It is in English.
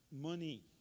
Money